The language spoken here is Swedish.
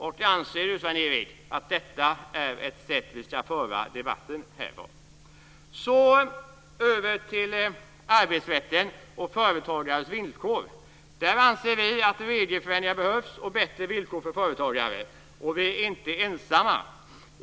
Anser Sven-Erik Österberg att detta är ett sätt vi ska föra debatten på? Över till arbetsrätten och företagarens villkor. Där anser vi att regelförändringar behövs och bättre villkor för företagare. Och vi är inte ensamma.